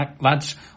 lads